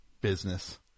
business